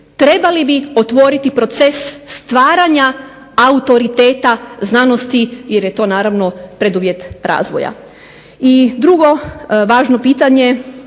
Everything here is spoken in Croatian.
trebali bi otvoriti proces stvaranja autoriteta znanosti jer je to naravno preduvjet razvoja. I drugo važno pitanje